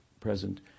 present